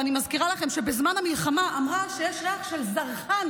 ואני מזכירה לכם שבזמן המלחמה אמרה שיש ריח של זרחן